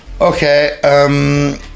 Okay